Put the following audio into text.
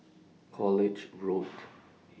College Road